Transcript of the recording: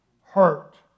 hurt